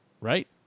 Right